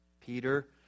Peter